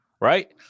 right